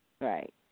Right